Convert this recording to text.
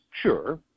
sure